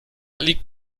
liegt